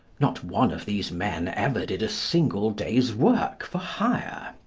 not one of these men ever did a single day's work for hire.